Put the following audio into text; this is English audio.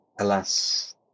Alas